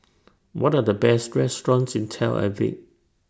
What Are The Best restaurants in Tel Aviv